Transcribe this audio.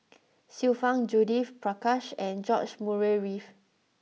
Xiu Fang Judith Prakash and George Murray Reith